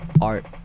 art